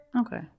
okay